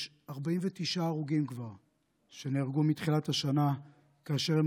יש כבר 49 הרוגים שנהרגו מתחילת השנה כאשר הם